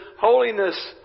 holiness